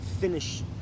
finish